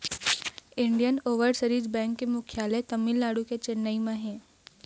Indian overseas bank के मुख्यालय तमिलनाडु के चेन्नई म हे